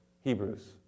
Hebrews